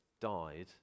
died